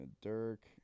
Dirk